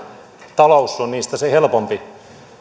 talous on niistä se helpompi